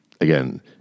Again